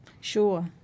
Sure